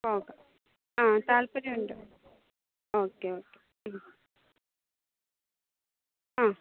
പോകാം ആ താൽപ്പര്യമുണ്ട് ഓക്കെ ഓക്കെ ആ